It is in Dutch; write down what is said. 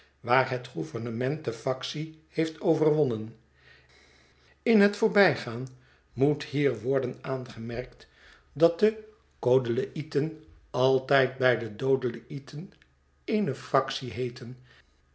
waar het gouvernement de factie heeft overwonnen in het voorbijgaan moet hier worden aangemerkt dat de coodleïeten altijd bij de doodleïeten eene factie heeten